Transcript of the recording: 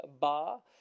bar